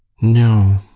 no.